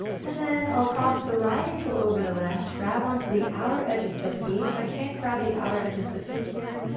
and then i will cross the right angle over the left, grab onto the outer edges of the feet. if i can't grab the outer edges of the feet. here,